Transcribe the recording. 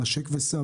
ה'נשק וסע',